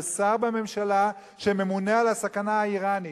ושר בממשלה שממונה על הסכנה האירנית.